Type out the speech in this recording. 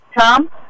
Tom